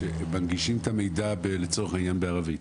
כאשר מנגישים את המידע לצורך העניין בערבית,